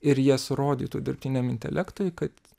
ir jas rodytų dirbtiniam intelektui kad